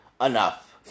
enough